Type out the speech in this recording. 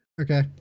Okay